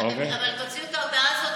אבל תוציאו את ההודעה הזאת,